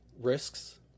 risks